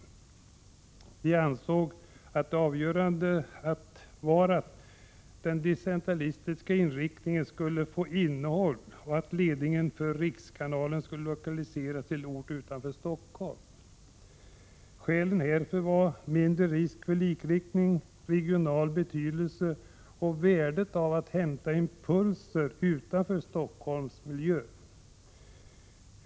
Vi ansåg det vara avgörande att den decentralistiska inriktningen skulle få innehåll och att ledningen för rikskanalen skulle lokaliseras till ort utanför Stockholm. Skälen härför var: Mindre risk för likriktning, den regionala betydelsen och värdet av att hämta impulser utanför Stockholms miljö.